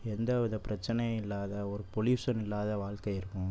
எந்தவித பிரச்சனையும் இல்லாத ஒரு பொலியூஷன் இல்லாத வாழ்க்கை இருக்கும்